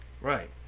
Right